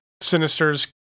Sinister's